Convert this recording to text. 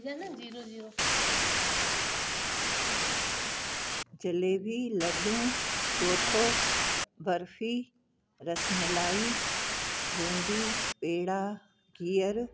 जिलेबी लड्डूं चौथो बर्फ़ी रसमलाई बूंदी पेड़ा गीहर